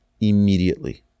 immediately